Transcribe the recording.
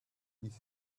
this